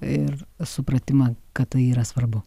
ir supratimą kad tai yra svarbu